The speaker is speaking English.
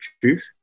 truth